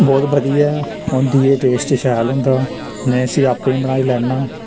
बोह्त बधियै होंदी ऐ ते टेस्ट शैल होंदा में इसी आपें बी बनाई लैन्नां